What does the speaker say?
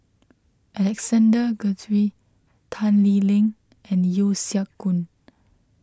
Alexander Guthrie Tan Lee Leng and Yeo Siak Goon